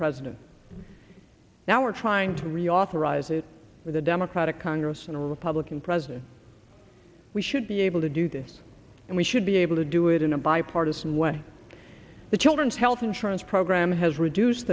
president now we're trying to reauthorize it with a democratic congress and a republican president we should be able to do this and we should be able to do it in a bipartisan way the children's health insurance program has reduced